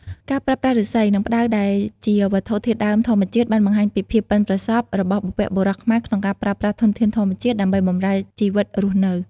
ការប្រើប្រាស់ឫស្សី និងផ្តៅដែលជាវត្ថុធាតុដើមធម្មជាតិបានបង្ហាញពីភាពប៉ិនប្រសប់របស់បុព្វបុរសខ្មែរក្នុងការប្រើប្រាស់ធនធានធម្មជាតិដើម្បីបម្រើជីវិតរស់នៅ។